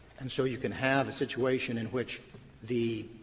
and so you can have a situation in which the